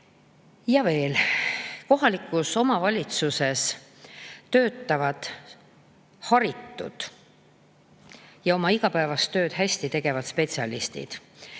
Ja veel. Kohalikus omavalitsuses töötavad haritud ja oma igapäevast tööd hästi tegevad spetsialistid,